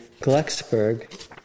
Glucksburg